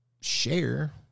share